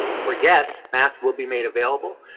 for yes mass will be made available.